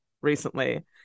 recently